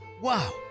Wow